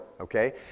okay